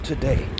Today